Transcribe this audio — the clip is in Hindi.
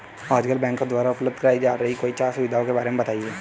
आजकल बैंकों द्वारा उपलब्ध कराई जा रही कोई चार सुविधाओं के बारे में बताइए?